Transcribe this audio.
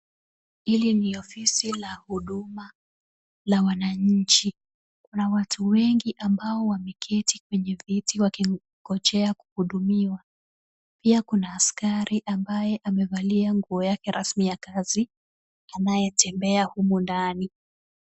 Hili ni ofisi la huduma la wananchi, kuna watu wengi ambao wameketi kwenye viti wakingojea kuhudumiwa, pia kuna askari ambaye amevalia nguo yake rasmi ya kazi, anayetembea humu ndani.